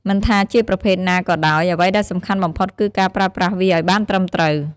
មិនថាជាប្រភេទណាក៏ដោយ អ្វីដែលសំខាន់បំផុតគឺការប្រើប្រាស់វាឱ្យបានត្រឹមត្រូវ។